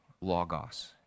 logos